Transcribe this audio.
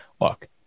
Look